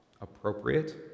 appropriate